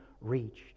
reached